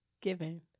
given